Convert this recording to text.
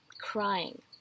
crying